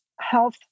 health